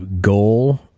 goal